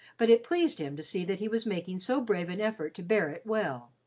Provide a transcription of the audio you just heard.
but it pleased him to see that he was making so brave an effort to bear it well.